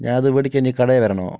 ഞാനത് മേടിക്കാൻ ഇനി കടയിൽ വരണോ